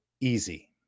easy